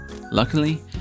Luckily